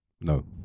no